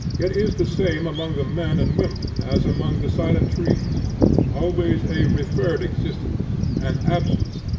it is the same among the men and women as among the silent trees always a referred existence, an absence,